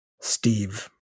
Steve